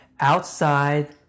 outside